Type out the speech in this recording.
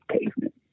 pavement